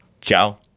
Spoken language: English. Ciao